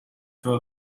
her